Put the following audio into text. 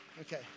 Okay